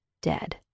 dead